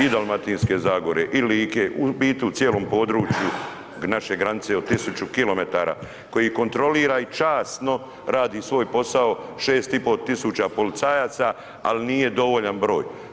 i Dalmatinske zagore i Like u biti u cijelom području naše granice od tisuću kilometara koji kontrolira i časno radi svoj posao 6.500 policajaca, ali nije dovoljan broj.